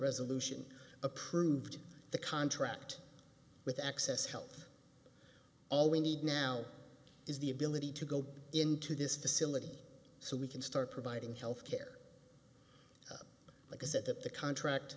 resolution approved the contract with access help all we need now is the ability to go into this facility so we can start providing health care like i said at the contract